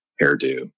hairdo